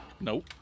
Nope